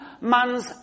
man's